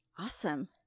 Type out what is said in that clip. Awesome